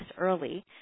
early